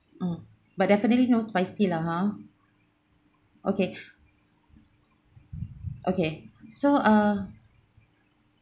mm but definitely no spicy lah ha okay okay so uh